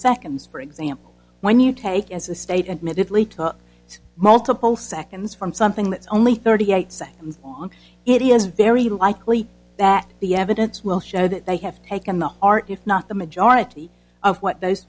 seconds for example when you take as a state admittedly it's multiple seconds from something that's only thirty eight seconds on it is very likely that the evidence will show that they have taken the art if not the majority of what those